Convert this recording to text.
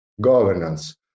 governance